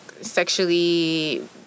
sexually